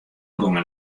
gongen